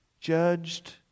judged